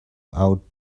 out